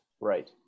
right